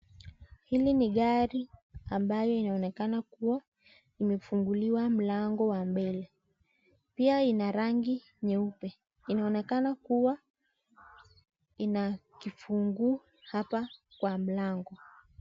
Hili ni gari ambayo inaonekana kuwa imefunguliwa mlango wa mbele. Pia ina rangi nyeupe. Inaonekana kuwa ina kifunguu hapa kwa mlango.